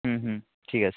হুম হুম ঠিক আছে